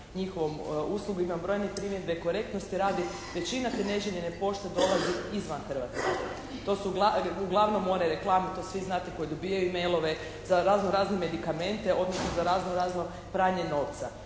njihovom uslugom, imam brojne primjedbe korektnosti radi, većina te neželjene pošte dolazi izvan Hrvatske. To su uglavnom one reklame, to svi znate, koje dobijaju e-mailove za razno-razne medikamente odnosno za razno-razno pranje novca.